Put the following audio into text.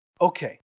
Okay